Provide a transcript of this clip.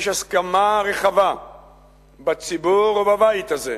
יש הסכמה רחבה בציבור ובבית הזה,